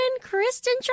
Kristen